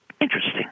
Interesting